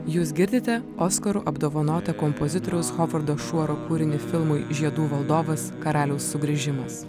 jūs girdite oskaru apdovanotą kompozitoriaus hovardo šuoro kūrinį filmui žiedų valdovas karaliaus sugrįžimas